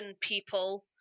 people